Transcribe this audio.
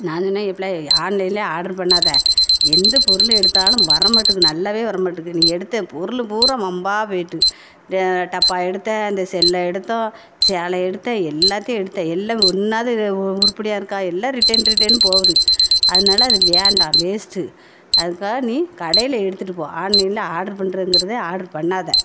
நான் சொன்னேன் ஏய் பிள்ள ஆன்லைனிலே ஆர்டர் பண்ணாதே எந்த பொருள் எடுத்தாலும் வரமாட்டேது நல்லாவே வரமாட்டேது நீ எடுத்த பொருள் பூராவும் வம்பாக போய்விட்டு டப்பா எடுத்த அந்த செல்லை எடுத்தோம் சேலை எடுத்த எல்லாத்தையும் எடுத்த எல்லா ஒன்றாவது இது உருப்படியாக இருக்க எல்லாம் ரிட்டர்ன் ரிட்டர்ன் போகுது அதனால அது வேண்டாம் வேஸ்ட்டு அதுக்காக நீ கடையில் எடுத்துகிட்டு போ ஆன்லைனில் ஆர்ட்ரு பண்ணுறங்கிறதே ஆர்ட்ரு பண்ணாதே